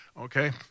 Okay